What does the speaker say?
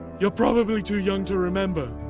you're probably too young to remember,